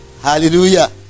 Hallelujah